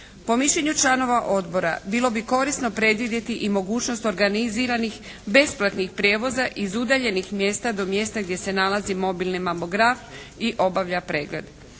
Po mišljenju članova Odbora bilo bi korisno predvidjeti i mogućnost organiziranih besplatnih prijevoza iz udaljenih mjesta do mjesta gdje se nalazi mobilni mamograf i obavlja pregled.